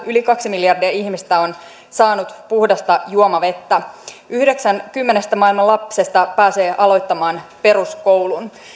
yli kaksi miljardia ihmistä on saanut puhdasta juomavettä yhdeksän kymmenestä maailman lapsesta pääsee aloittamaan peruskoulun